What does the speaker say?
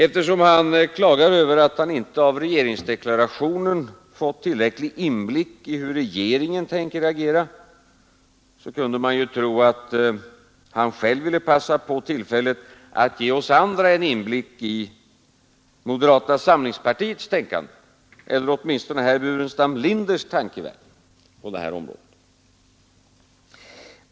Eftersom han klagar över att han inte av regeringsdeklarationen fått tillräcklig inblick i hur regeringen tänkte agera, kunde man tro att han själv ville begagna tillfället att ge oss andra en inblick i moderata samlingspartiets tänkande eller åtminstone i herr Burenstam Linders tankevärld i detta avseende.